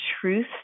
truth